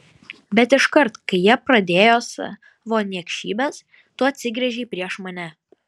bet iškart kai jie pradėjo savo niekšybes tu atsigręžei prieš mane